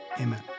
Amen